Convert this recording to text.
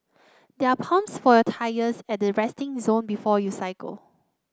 there are pumps for your tyres at the resting zone before you cycle